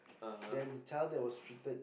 then the child that was treated